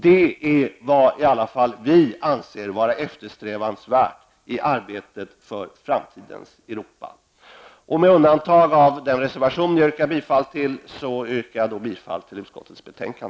Det är vad vi anser vara eftersträvansvärt i arbetet för framtidens Med undantag för den reservation jag redan har yrkat bifall till yrkar jag i övrigt bifall till utskottets hemställan.